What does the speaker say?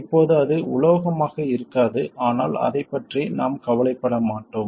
இப்போது அது உலோகமாக இருக்காது ஆனால் அதைப் பற்றி நாம் கவலைப்பட மாட்டோம்